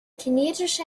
kinetische